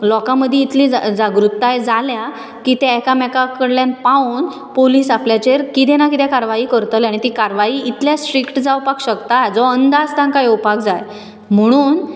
लोकां मदी इतली जागृताय जाल्या की ते एकामेका कडल्यान पावोन पोलिस आपल्याचेर कितें ना कितें कारवाय करतलें आनी ती कारवाय इतल्या स्ट्रीक्ट जावपाक शकता हाचो अंदाज तांकां येवपाक जाय म्हणून